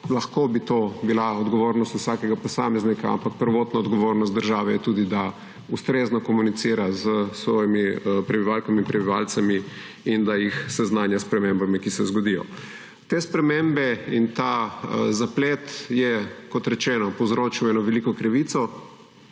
Lahko bi to bila odgovornost vsakega posameznika, ampak prvotna odgovornost države je tudi, da ustrezno komunicira s svojimi prebivalkami in prebivalci in jih seznanja s spremembami, ki s zgodijo. Te spremembe in ta zaplet je, kot rečeno, povzročil eno veliko krivico.